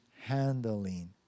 handling